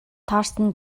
таарсан